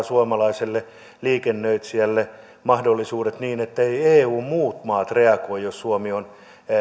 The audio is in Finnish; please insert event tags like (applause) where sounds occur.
(unintelligible) suomalaiselle liikennöitsijälle mahdollisuudet niin etteivät eun muut maat reagoi jos suomi on